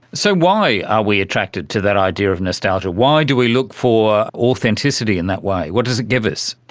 so why are we attracted to that idea of nostalgia, why do we look for authenticity in that way, what does it give us?